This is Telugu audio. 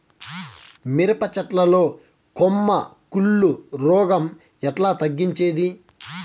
మిరప చెట్ల లో కొమ్మ కుళ్ళు రోగం ఎట్లా తగ్గించేది?